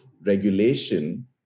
regulation